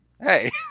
hey